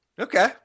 Okay